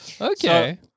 okay